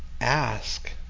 ask